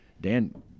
dan